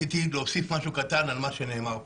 רציתי להוסיף משהו קטן על מה שנאמר פה.